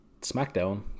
SmackDown